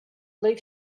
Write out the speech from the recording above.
leave